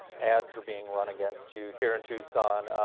ads are being run against you here in tucson.